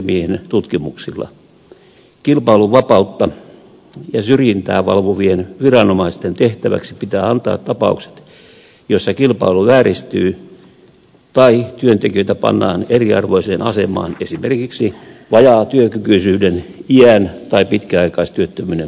kilpailun vapautta ja syrjintää valvovien viranomaisten tehtäväksi pitää antaa tapaukset joissa kilpailu vääristyy tai työntekijöitä pannaan eriarvoiseen asemaan esimerkiksi vajaatyökykyisyyden iän tai pitkäaikaistyöttömyyden vuoksi